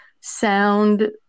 sound